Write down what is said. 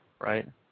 right